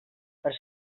per